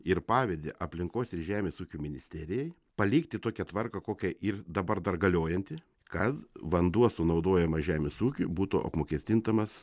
ir pavedė aplinkos ir žemės ūkio ministerijai palikti tokią tvarką kokia ir dabar dar galiojanti kad vanduo sunaudojama žemės ūkiui būtų apmokestintamas